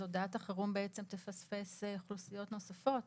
אז הודעת החירום תפספס אוכלוסיות נוספות